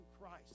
Christ